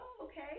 okay